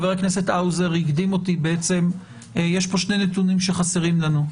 חבר הכנסת האוזר הקדים אותי יש פה שני נתונים שחסרים לנו: